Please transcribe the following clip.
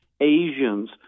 Asians